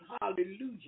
Hallelujah